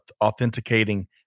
authenticating